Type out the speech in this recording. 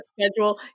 schedule